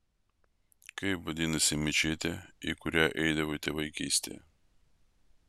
kaip vadinasi mečetė į kurią eidavote vaikystėje